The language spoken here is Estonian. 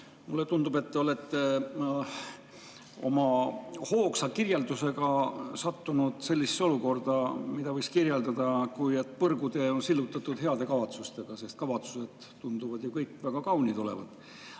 Mulle tundub, et te olete oma hoogsa kirjeldusega sattunud sellisesse olukorda, mida võiks kirjeldada nii, et põrgutee on sillutatud heade kavatsustega, sest kavatsused tunduvad ju kõik väga kaunid olevat. Aga